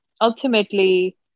ultimately